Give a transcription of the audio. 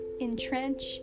entrench